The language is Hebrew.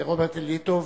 רוברט אליטוב.